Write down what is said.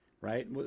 Right